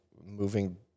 moving